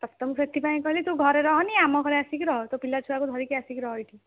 ତତେ ମୁଁ ସେଥିପାଇଁ କହିଲି ତୁ ଘରେ ରହନି ଆମ ଘରେ ଆସି ରହ ତୋ ପିଲା ଛୁଆକୁ ଧରିକି ଆସିକି ରହ ଏଇଠି